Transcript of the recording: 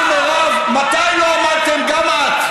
אבל מירב, מתי לא עמדתם, גם את,